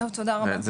תודה רבה.